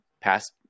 past